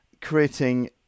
creating